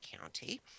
County